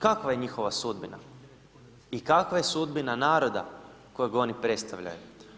Kakva je njihova sudbina i kakva je sudbina naroda kojeg oni predstavljaju?